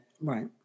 right